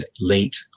late